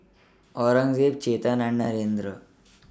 Aurangzeb Chetan and Narendra